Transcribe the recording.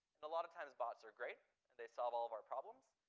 and a lot of times bots are great and they solve all of our problems,